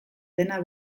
dena